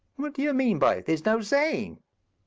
what do you mean by there's no saying?